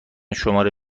شماره